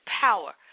power